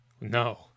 No